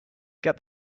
get